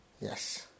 Yes